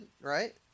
right